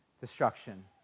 destruction